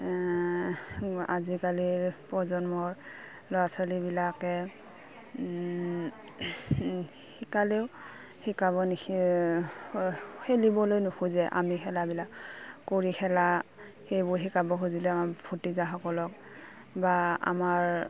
আজিকালিৰ প্ৰজন্মৰ ল'ৰা ছোৱালীবিলাকে শিকালেও শিকাব খেলিবলৈ নুখোজে আমি খেলাবিলাক কৰি খেলা সেইবোৰ শিকাব খুজিলে আমাৰ ভতিজাসকলক বা আমাৰ